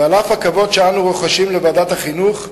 ועל אף הכבוד שאנו רוחשים לוועדת חינוך,